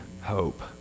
hope